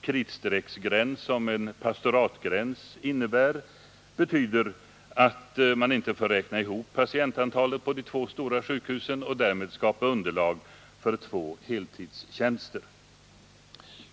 kritstrecksgräns som en pastoratgräns innebär medför att man inte får räkna ihop patientantalen på de två stora sjukhusen och därmed skapa underlag för två heltidstjänster.